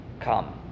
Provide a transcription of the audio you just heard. come